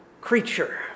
creature